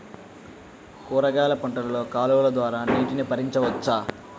కూరగాయలు పంటలలో కాలువలు ద్వారా నీటిని పరించవచ్చా?